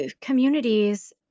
communities